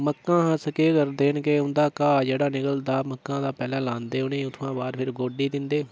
मक्कां अस केह् करदे न के उं'दा घाऽ जेह्ड़ा निकलदा मक्कां तां पैह्लें लांदे उ'नेईं ओह्दे थमां बाद गोड्डी दिंदे